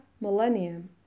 millennium